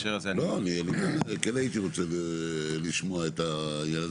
כן הייתי רוצה לשמוע את העניין הזה.